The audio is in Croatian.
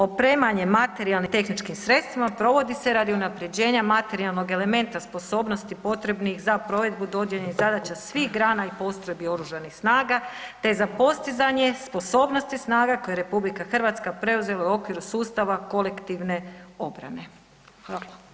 Opremanje materijalnim i tehničkim sredstvima provodi se radi unapređenja materijalnog elementa sposobnosti potrebnih za provedbu dodijeljenih zadaća svih grana i postrojbi oružanih snaga te za postizanje sposobnosti snaga koje RH preuzela u okviru sustava kolektivne opreme.